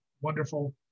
wonderful